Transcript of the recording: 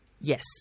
yes